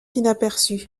inaperçus